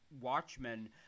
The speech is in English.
Watchmen